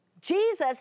Jesus